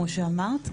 כמו שאמרת,